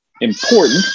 important